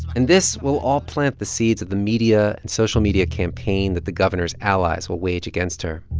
and this will all plant the seeds of the media and social media campaign that the governor's allies will wage against her